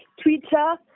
Twitter